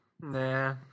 Nah